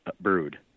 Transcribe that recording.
brood